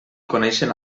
coneixen